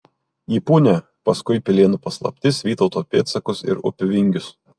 į punią paskui pilėnų paslaptis vytauto pėdsakus ir upių vingius